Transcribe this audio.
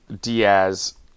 Diaz